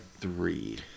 three